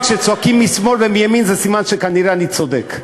כשצועקים משמאל ומימין, זה סימן שכנראה אני צודק.